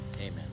amen